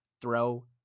throw